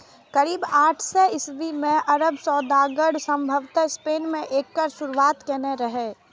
करीब आठ सय ईस्वी मे अरब सौदागर संभवतः स्पेन मे एकर शुरुआत केने रहै